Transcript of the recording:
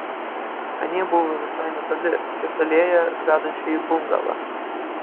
anie buvo visai netoli ties alėja vedančia į bungalą